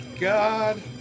god